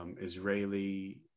Israeli